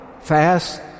fast